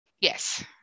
Yes